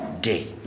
day